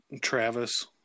Travis